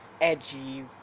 edgy